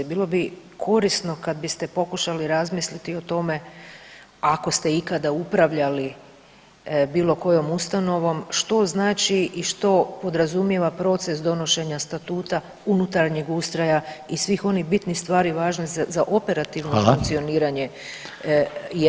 Bilo bi korisno kad biste pokušali razmisliti o tome, ako ste ikada upravljali bilo kojom ustanovom što znači i što podrazumijeva proces donošenja statuta, unutarnjeg ustroja i svih onih bitnih stvari važnih za operativno funkcioniranje [[Upadica: Hvala.]] jedne ustanove.